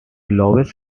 lowest